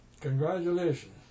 congratulations